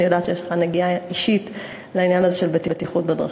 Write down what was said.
אני יודעת שיש לך נגיעה אישית לעניין הזה של בטיחות בדרכים.